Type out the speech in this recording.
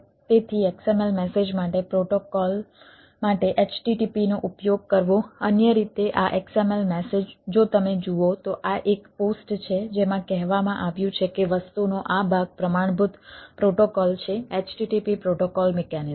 તેથી XML message માટે protocol માટે http નો ઉપયોગ કરવો અન્ય રીતે આ XML મેસેજ જો તમે જુઓ તો આ એક પોસ્ટ છે જેમાં કહેવામાં આવ્યું છે કે વસ્તુનો આ ભાગ પ્રમાણભૂત પ્રોટોકોલ છે http પ્રોટોકોલ મિકેનિઝમ